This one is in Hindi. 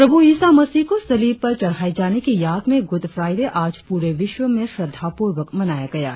प्रभू ईसा मसीह को सलीब पर चढ़ाए जाने की याद में गुड फ्राइडे आज पूरे विश्व में श्रद्धापूर्वक मनाया जा रहा है